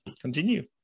continue